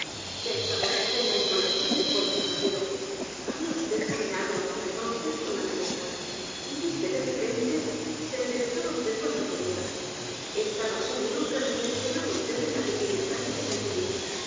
pensaba vd en la inmolación del pobre zapatero había vd caminado hasta entonces con la cabeza y vi que de repente se enderezaba vd cuanto podía estaba seguro que r e flexionaba vd en la pequeña talla de